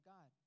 God